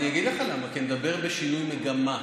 אני אגיד לך למה, כי אני מדבר על שינוי מגמה.